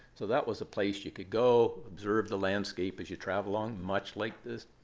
so that was a place you could go observe the landscape as you travel on, much like this.